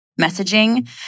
messaging